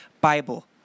Bible